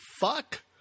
fuck